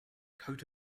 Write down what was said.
coat